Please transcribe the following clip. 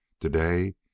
today